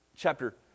Chapter